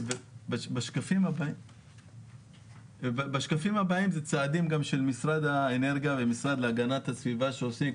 בשקפים הבאים זה צעדים של משרד האנרגיה והמשרד להגנת הסביבה שנעשים.